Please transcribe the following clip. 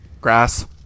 Grass